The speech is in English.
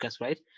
right